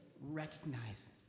recognize